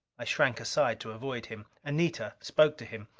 i shrank aside to avoid him. anita spoke to him.